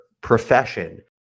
profession